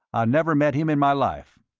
i never met him in my life.